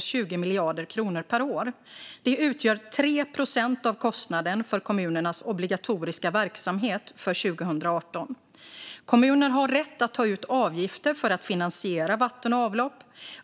20 miljarder kronor per år. Det utgör 3 procent av kostnaden för kommunernas obligatoriska verksamhet för 2018. Kommuner har rätt att ta ut avgifter för att finansiera vatten och avlopp.